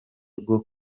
rwo